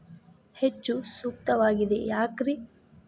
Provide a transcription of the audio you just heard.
ಹೆಚ್ಚು ಸೂಕ್ತವಾಗಿದೆ ಯಾಕ್ರಿ?